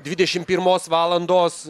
dvidešim pirmos valandos